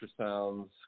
ultrasounds